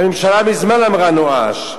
הממשלה מזמן אמרה נואש,